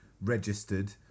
registered